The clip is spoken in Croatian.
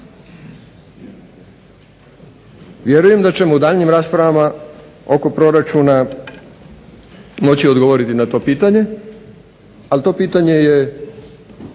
Vjerujem da ćemo u daljnjim raspravama oko proračuna moći odgovoriti na to pitanje, ali to pitanje je